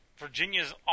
Virginia's